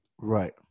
right